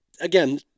Again